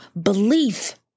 belief